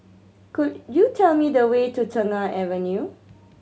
could you tell me the way to Tengah Avenue